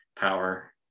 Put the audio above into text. power